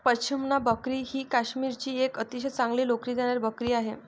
पश्मिना बकरी ही काश्मीरची एक अतिशय चांगली लोकरी देणारी बकरी आहे